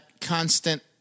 constant